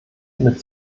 mit